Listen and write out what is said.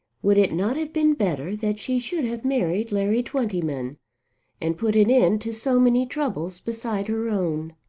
would it not have been better that she should have married larry twentyman and put an end to so many troubles beside her own?